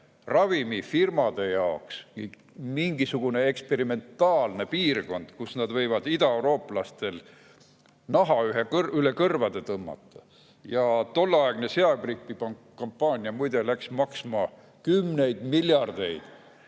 ravimifirmade jaoks mingisugune eksperimentaalne piirkond, kus nad võivad idaeurooplastel naha üle kõrvade tõmmata! Tolleaegne seagripikampaania, muide, läks maksma kümneid miljardeid.